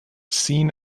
seen